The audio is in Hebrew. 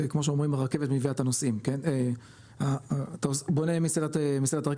כמו שאומרים בוא נעמיס את מסילת הרכבת,